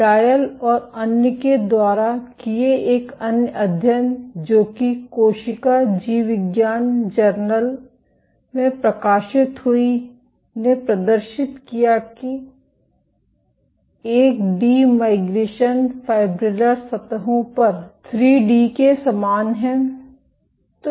dial और अन्य के द्वारा किये एक अन्य अध्ययन जो की कोशिका जीवविज्ञान journal J of Cell Biology में प्रकाशित हुई ने प्रदर्शित किया कि 1 डी माइग्रेशन फाइब्रिलर सतहों पर 3 डी के समान है